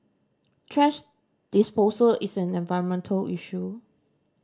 thrash disposal is an environmental issue